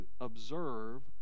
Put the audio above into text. observe